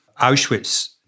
Auschwitz